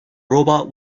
robot